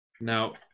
Now